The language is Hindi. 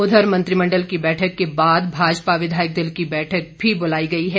उधर मंत्रिमंडल बैठक के बाद भाजपा विधायक दल की बैठक भी बुलाई गई है